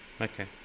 Okay